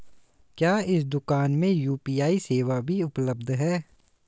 क्या इस दूकान में यू.पी.आई सेवा भी उपलब्ध है?